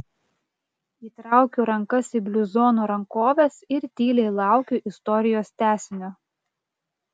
įtraukiu rankas į bluzono rankoves ir tyliai laukiu istorijos tęsinio